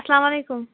اسَلام علیکُم